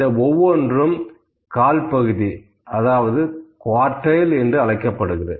இந்த ஒவ்வொன்றும் கால் பகுதி அதாவது குவார்டைல் என்று அழைக்கப்படுகிறது